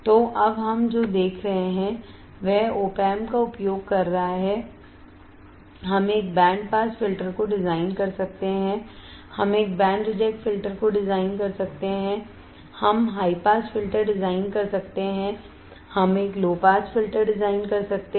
तो अब हम जो देख रहे हैं वह opamps का उपयोग कर रहा है हम एक बैंड पास फिल्टर को डिजाइन कर सकते हैं हम एक बैंड रिजेक्ट फिल्टर को डिजाइन कर सकते हैं हम हाई पास फिल्टर डिजाइन कर सकते हैं हम एक लो पास फिल्टर डिजाइन कर सकते हैं